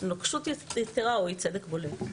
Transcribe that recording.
נוקשות יתרה או אי צדק בולט.